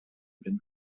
bin